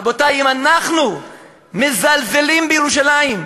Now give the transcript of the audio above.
רבותי, אם אנחנו מזלזלים בירושלים,